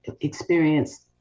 experience